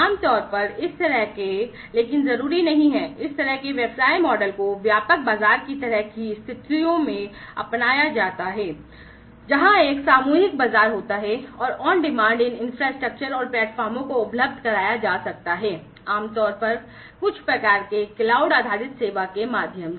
आम तौर पर लेकिन जरूरी नहीं इस तरह के व्यवसाय मॉडल को व्यापक बाजार की तरह की स्थितियों में अपनाया जाता है जहां एक सामूहिक बाजार होता है और ऑन डिमांड इन इन्फ्रास्ट्रक्चर और प्लेटफार्मों को उपलब्ध कराया जा सकता है आमतौर पर कुछ प्रकार के क्लाउड आधारित सेवा के माध्यम से